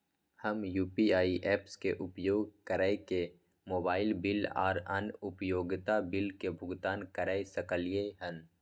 हम UPI apps के उपयोग कैरके मोबाइल बिल आर अन्य उपयोगिता बिल के भुगतान कैर सकलिये हन